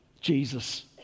Jesus